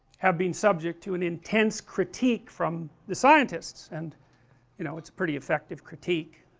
have been subject to an intense critique from the scientists, and you know it's a pretty effective critique